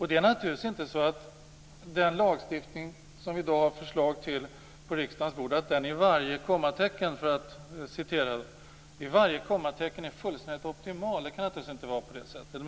Det är naturligtvis inte så att den lagstiftning som vi i dag har förslag till på riksdagens bord i varje kommatecken är fullständigt optimal. Det kan naturligtvis inte vara på det sättet.